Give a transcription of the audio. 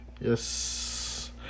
yes